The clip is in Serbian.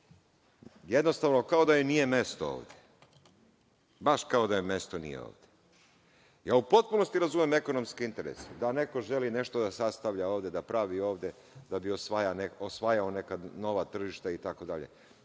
jednostavno kao da joj nije mesto, baš kao da joj mesto nije ovde. Ja u potpunosti razumem ekonomski interes da neko želi nešto da sastavi ovde, pravi ovde da bi osvajao neka nova tržišta itd.